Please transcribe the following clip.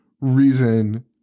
reason